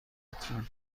لطفا